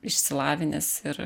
išsilavinęs ir